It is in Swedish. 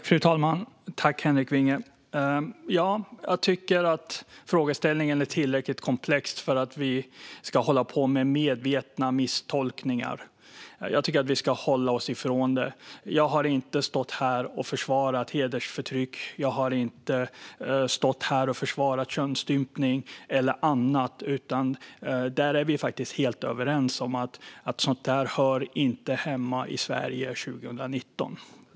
Fru talman! Jag tycker att frågeställningen är tillräckligt komplex ändå - vi ska inte hålla på med medvetna misstolkningar. Vi ska hålla oss ifrån det. Jag har inte stått här och försvarat hedersförtryck eller könsstympning. Vi är helt överens om att sådant inte hör hemma i Sverige 2019.